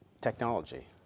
technology